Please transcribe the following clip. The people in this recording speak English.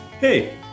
Hey